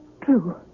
true